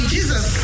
Jesus